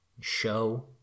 show